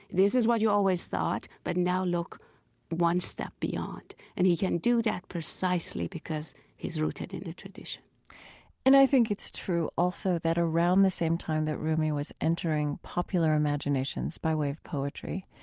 this is what you always thought, but now look one step beyond. and he can do that precisely because he's rooted in the tradition and i think it's true also that around the same time that rumi was entering popular imaginations by way of poetry,